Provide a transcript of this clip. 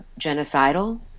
genocidal